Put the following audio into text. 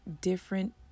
different